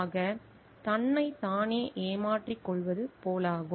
ஆக தன்னைத் தானே ஏமாற்றிக் கொள்வது போலாகும்